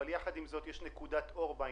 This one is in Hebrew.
יש נקודת אור.